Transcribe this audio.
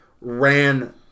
ran